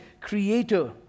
Creator